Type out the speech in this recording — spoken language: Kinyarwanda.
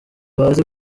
bazi